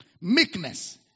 Meekness